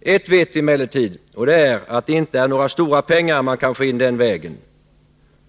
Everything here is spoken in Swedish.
Ett vet vi emellertid, och det är att det inte är några stora pengar som man kan få in den vägen.